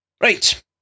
Right